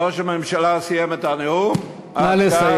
ראש הממשלה סיים את הנאום, עד כאן, נא לסיים.